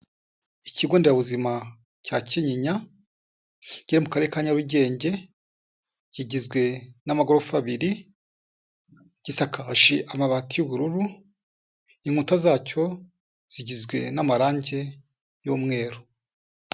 Ikigo nderabuzima cya Kinyinya, kiri mu karere ka Nyarugenge kigizwe n'amagorofa abiri, gisakashi amabati y'ubururu, inkuta zacyo zigizwe n'amarangi y'umweru.